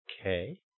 okay